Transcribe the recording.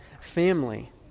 family